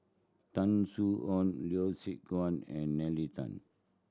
Tan Soo Khoon Yeo Siak Goon and Nalla Tan